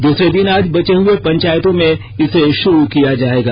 दूसरे दिन आज बचे हए पंचायतों में इसे शुरू किया जाएगा